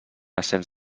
ascens